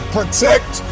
protect